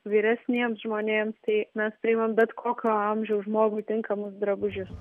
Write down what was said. vyresniems žmonėms tai mes priimam bet kokio amžiaus žmogui tinkamus drabužius